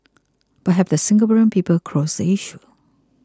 but have the Singaporean people closed the issue